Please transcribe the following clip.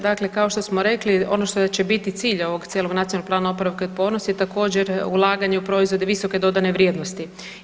Dakle, kao što smo rekli ono što će biti cilj ovog cijelog Nacionalnog plana oporavka i otpornosti je također ulaganje u proizvode visoke dodane vrijednosti.